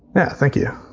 yeah. thank you.